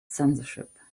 censorship